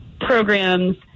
programs